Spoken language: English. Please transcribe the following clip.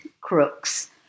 crooks